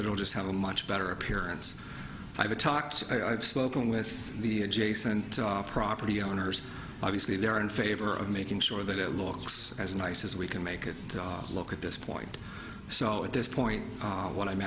that will just have a much better appearance i've talked i've spoken with the adjacent property owners obviously they are in favor of making sure that it looks as nice as we can make it look at this point so at this point what i'm